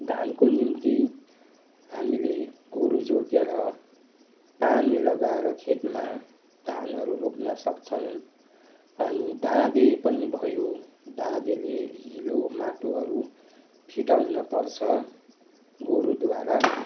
दाइँको निम्ति हामीले गोरु जोतेर पानी लगाएर खेतमा धानहरू रोप्न सक्छौँ अनि दाँते पनि भयो दाँतेले हिलो माटोहरू फिटाउनपर्छ गोरुद्वारा